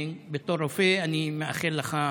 בתור רופא אני מאחל לך הצלחה,